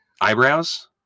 Eyebrows